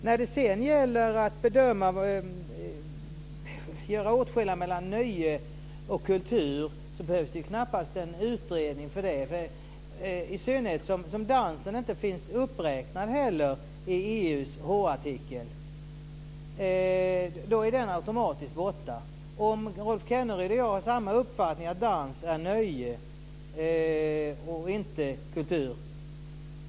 När det sedan gäller att bedöma och göra åtskillnad mellan nöje och kultur behövs det knappast en utredning - i synnerhet som dansen inte finns uppräknad i EU:s H-artikel. Då är den automatiskt borta. Jag vet inte om Rolf Kenneryd och jag har samma uppfattning, att dans är nöje och inte kultur.